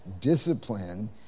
discipline